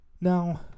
Now